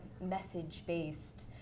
message-based